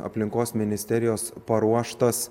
aplinkos ministerijos paruoštas